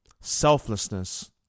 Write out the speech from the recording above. selflessness